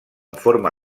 forma